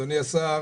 אדוני השר,